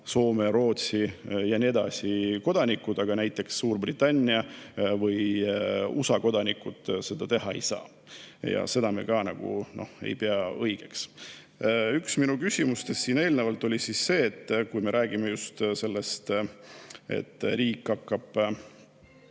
Soome ja Rootsi ja nii edasi kodanikud, aga näiteks Suurbritannia või USA kodanikud seda teha ei saa. Ja seda me ka ei pea õigeks. Üks mu eelmistest küsimustest oli see, et kui me räägime sellest, et riik hakkab